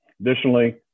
Additionally